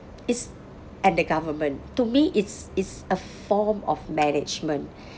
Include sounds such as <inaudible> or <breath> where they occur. it's at the government to me it's it's a form of management <breath>